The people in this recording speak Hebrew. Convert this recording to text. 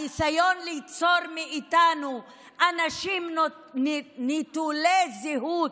הניסיון הוא ליצור מאיתנו אנשים נטולי זהות,